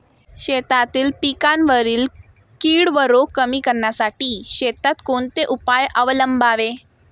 शेतातील पिकांवरील कीड व रोग कमी करण्यासाठी शेतात कोणते उपाय अवलंबावे?